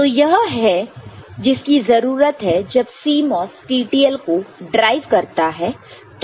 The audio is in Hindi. तो यह है जिसकी जरूरत है जब CMOS TTL को ड्राइव करता है